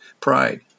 Pride